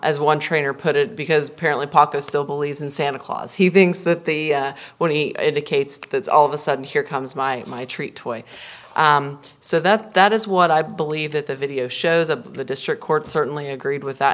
as one trainer put it because apparently papa still believes in santa claus he thinks that the when he indicates that's all of a sudden here comes my my treat toy so that that is what i believe that the video shows a the district court certainly agreed with that